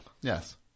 Yes